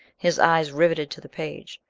his eyes riveted to the page.